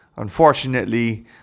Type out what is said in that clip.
Unfortunately